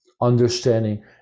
understanding